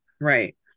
right